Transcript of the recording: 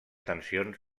tensions